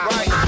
Right